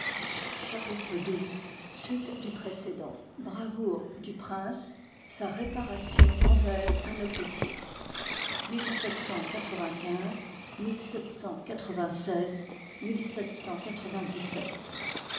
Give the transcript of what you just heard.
xii suite du précédent bravoure du prince sa réparation envers un officier